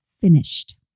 finished